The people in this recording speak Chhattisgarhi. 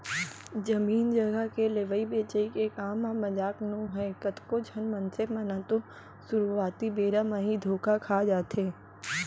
जमीन जघा के लेवई बेचई के काम ह मजाक नोहय कतको झन मनसे मन ह तो सुरुवाती बेरा म ही धोखा खा जाथे